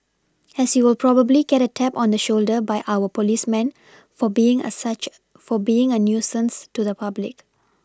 as you will probably get a tap on the shoulder by our policeman for being a such for being a nuisance to the public